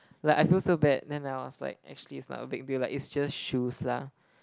like I feel so bad then I was like actually it's not a big deal lah it's just shoes lah